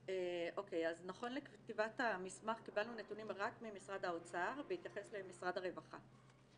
נכון לכתיבת המסמך קיבלנו נתונים רק ממשרד האוצר בהתייחס למשרד הרווחה,